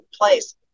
place